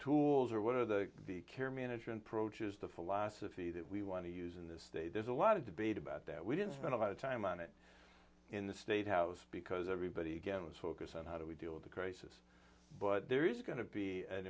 tools or what are the the care management proteas the philosophy that we want to use in this state there's a lot of debate about that we didn't spend a lot of time on it in the state house because everybody again was focused on how do we deal with the crisis but there is going to be an